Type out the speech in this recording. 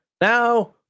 now